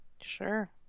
Sure